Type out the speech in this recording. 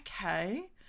okay